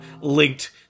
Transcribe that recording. linked